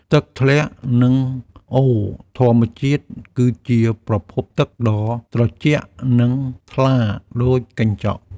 ទឹកធ្លាក់ និងអូរធម្មជាតិគឺជាប្រភពទឹកដ៏ត្រជាក់ និងថ្លាដូចកញ្ចក់។